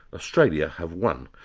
australia have won,